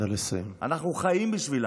אנחנו חיים בשבילם.